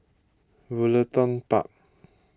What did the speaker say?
Woollerton Park